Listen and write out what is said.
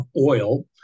oil